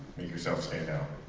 make yourself stand out